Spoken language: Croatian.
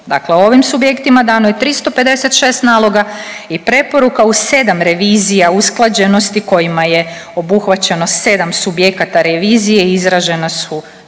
Dakle, ovim subjektima dano je 356 naloga i preporuka u 7 revizija usklađenosti kojima je obuhvaćeno 7 subjekata revizije i izražena su